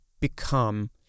become